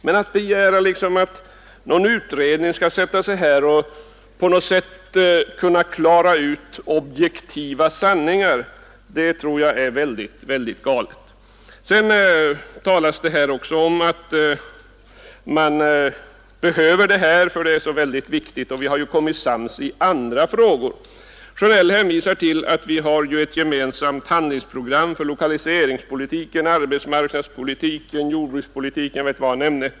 Men att begära att en utredning skall sätta sig ned och försöka klara ut objektiva sanningar tror jag är alldeles galet. Här sägs också att det verkligen behövs en parlamentarisk utredning, och man framhåller att vi har kommit sams i andra frågor. Herr Sjönell hänvisar till att vi har ett gemensamt handlingsprogram för lokaliseringspolitiken, arbetsmarknadspolitiken, jordbrukspolitiken och mycket annat.